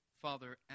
Father